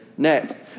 Next